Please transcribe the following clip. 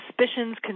suspicions